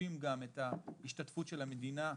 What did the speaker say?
ומוסיפים גם את ההשתתפות של המדינה,